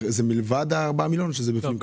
זה מלבד ה-4 מיליון שקלים או שזה כלול בפנים?